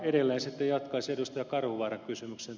edelleen sitten jatkaisin ed